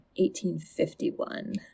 1851